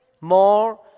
more